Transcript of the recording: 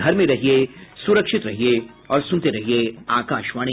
घर में रहिये सुरक्षित रहिये और सुनते रहिये आकाशवाणी